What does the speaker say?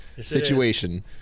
situation